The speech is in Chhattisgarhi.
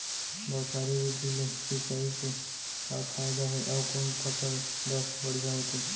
बौछारी विधि ले सिंचाई के का फायदा हे अऊ कोन फसल बर बढ़िया होथे?